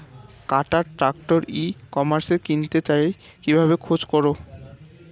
কাটার tractor ই কমার্সে কিনতে চাই কিভাবে খোঁজ করো?